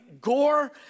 Gore